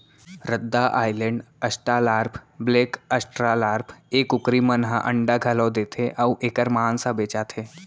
रद्दा Island, Australorp, black Australorp ए कुकरी मन ह अंडा घलौ देथे अउ एकर मांस ह बेचाथे